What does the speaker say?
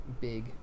big